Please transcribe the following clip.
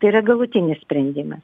tai yra galutinis sprendimas